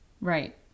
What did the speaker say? Right